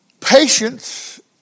Patience